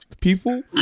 people